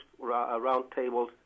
roundtables